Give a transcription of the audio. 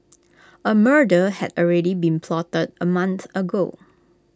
A murder had already been plotted A month ago